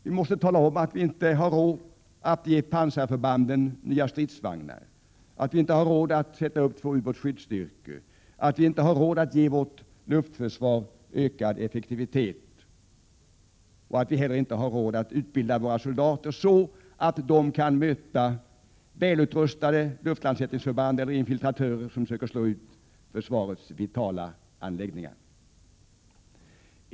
Vi måste tala om att vi inte har råd att ge pansarförbanden nya stridsvagnar, att vi inte har råd att upprätthålla två ubåtsskyddsstyrkor, att vi inte har råd att ge vårt luftförsvar ökad effektivitet och att vi inte heller har råd att utbilda våra soldater så att de kan möta välutrustade luftlandsättningsförband eller infiltratörer som söker slå ut försvarets vitala anläggningar.